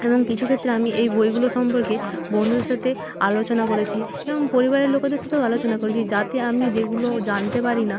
এবং কিছু ক্ষেত্রে আমি এই বইগুলো সম্পর্কে বন্ধুদের সাথে আলোচনা করেছি এবং পরিবারের লোকেদের সাথেও আলোচনা করেছি যাতে আমি যেগুলো জানতে পারি না